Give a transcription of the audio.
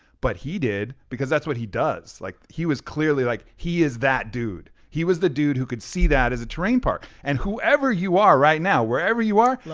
but he did, because that's what he does. like he was clearly, like he is that dude. he was the dude who could see that as a terrain park. and whoever you are, right now, wherever you are,